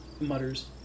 mutters